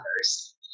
others